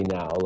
now